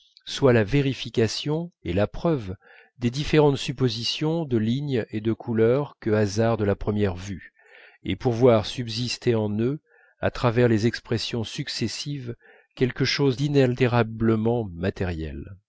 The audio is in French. soit la vérification et la preuve des différentes suppositions de lignes et de couleurs que hasarde la première vue et pour voir subsister en eux à travers les expressions successives quelque chose d'inaltérablement matériel